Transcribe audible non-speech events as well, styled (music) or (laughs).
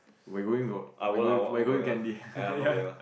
but you're going with your but you going but you going with Gandhi (laughs) ya